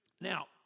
Now